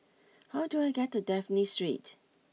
how do I get to Dafne Street